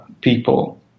people